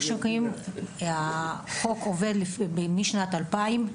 החוק עובד משנת 2,000,